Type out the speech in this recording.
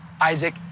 Isaac